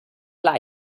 like